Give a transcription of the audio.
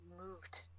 moved